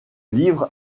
livre